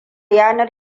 yanar